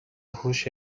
هوش